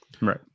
Right